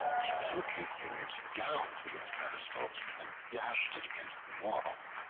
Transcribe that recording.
he took his image down from its pedestal and dashed it against the wall.